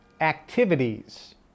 activities